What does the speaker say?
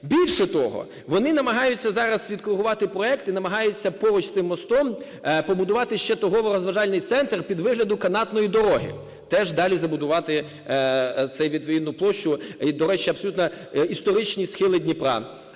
Більше того, вони намагаються зараз відкоригувати проект і намагаються поруч з тим мостом побудувати ще торгово-розважальний центр під виглядом канатної дороги. Теж далі забудувати цю відповідну площу. І, до речі, абсолютно історичні схили Дніпра.